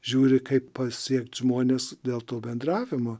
žiūri kaip pasiekti žmones dėl to bendravimo